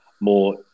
more